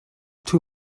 too